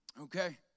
Okay